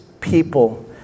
people